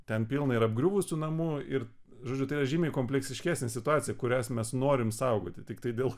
ten pilna ir apgriuvusių namų ir žodžiu tai yra žymiai kompleksiškesnė situacija kurias mes norime saugoti tiktai dėl